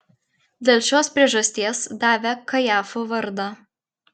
dėl šios priežasties davė kajafo vardą